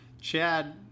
Chad